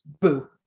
Boo